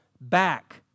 back